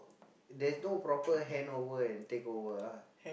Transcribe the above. there's no proper handover and takeover lah